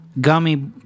Gummy